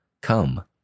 Come